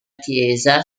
chiesa